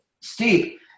steep